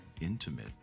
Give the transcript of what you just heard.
intimate